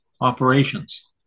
operations